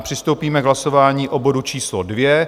Přistoupíme k hlasování o bodu číslo dvě.